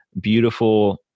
beautiful